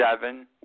Seven